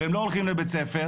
והם לא הולכים לבית-ספר,